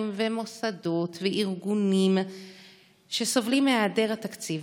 ומוסדות וארגונים שסובלים מהיעדר תקציב.